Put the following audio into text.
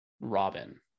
Robin